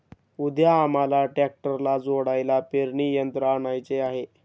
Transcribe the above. उद्या आम्हाला ट्रॅक्टरला जोडायला पेरणी यंत्र आणायचे आहे